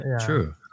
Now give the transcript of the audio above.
True